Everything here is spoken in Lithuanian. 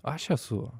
aš esu